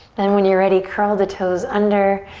and when you're ready curl the toes under,